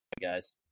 guys